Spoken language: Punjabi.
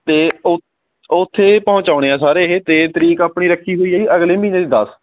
ਅਤੇ ਓ ਉੱਥੇ ਪਹੁੰਚਾਉਣੇ ਹੈ ਸਾਰੇ ਇਹ ਅਤੇ ਤਰੀਕ ਆਪਣੀ ਰੱਖੀ ਹੋਈ ਹੈ ਜੀ ਅਗਲੇ ਮਹੀਨੇ ਦੀ ਦਸ